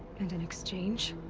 and in exchange?